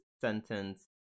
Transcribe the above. sentence